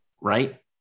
right